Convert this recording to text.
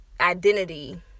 identity